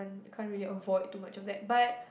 can't really avoid too much of that but